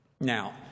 Now